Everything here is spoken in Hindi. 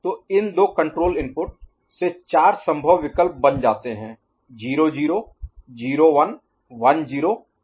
तो इन दो कंट्रोल इनपुट से 4 संभव विकल्प बन जाते हैं 00 01 10 और 11